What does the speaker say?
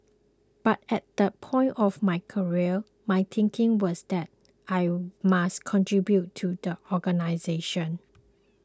but at that point of my career my thinking was that I must contribute to the organisation